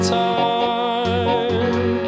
time